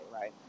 right